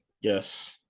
Yes